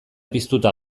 piztuta